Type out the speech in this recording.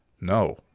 no